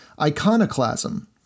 Iconoclasm